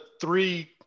three